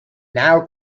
now